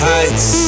Heights